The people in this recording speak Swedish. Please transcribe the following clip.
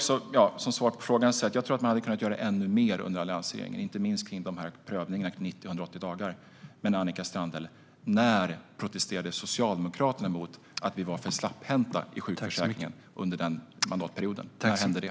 Svaret på frågan är att jag tror att man kunde ha gjort ännu mer under alliansregeringen, inte minst när det gäller prövningarna vid 90 eller 180 dagar. Men, Annika Strandhäll, när protesterade Socialdemokraterna mot att vi var för slapphänta i sjukförsäkringen under den mandatperioden? När hände det?